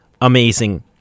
amazing